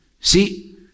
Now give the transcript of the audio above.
See